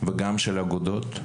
וגם של אגודות.